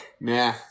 Nah